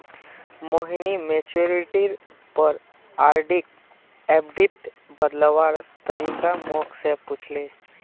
मोहिनी मैच्योरिटीर पर आरडीक एफ़डीत बदलवार तरीका मो से पूछले